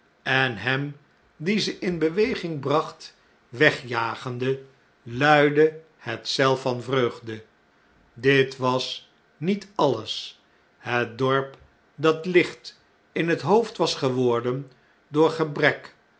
en hem die ze in beweging bracht wegjagende luidde het zelf van vreugde dit was niet alles het dorp dat licht in het hoofd was geworden door gebrek